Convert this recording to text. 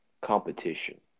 competition